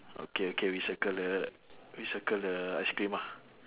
okay okay we circle the we circle the ice cream ah